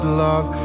love